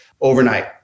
overnight